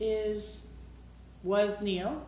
is was neil